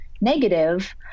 negative